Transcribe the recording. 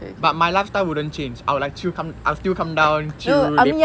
but my lifestyle wouldn't change I would like I would still come down chill lepak